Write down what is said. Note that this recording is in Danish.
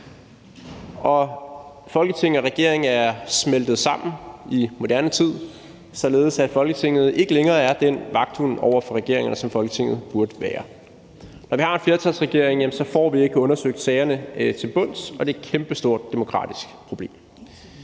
Folketing og regering smeltet sammen, således at Folketinget ikke længere er den vagthund over for regeringer, som Folketinget burde være. Når vi har en flertalsregering, får vi ikke undersøgt sagerne til bunds, og det er et kæmpestort demokratisk problem.